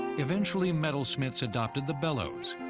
eventually, metalsmiths adopted the bellows,